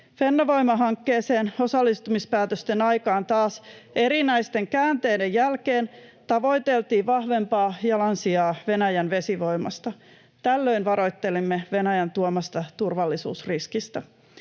Fennovoima-hankkeeseen osallistumispäätösten aikaan taas erinäisten käänteiden jälkeen tavoiteltiin vahvempaa jalansijaa Venäjän vesivoimasta. Tällöin varoittelimme Venäjän tuomasta turvallisuusriskistä.